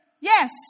yes